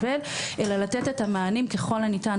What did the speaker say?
יושבת-ראש הוועדה לזכויות הילד,